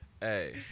Hey